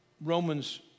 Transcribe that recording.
Romans